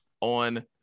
on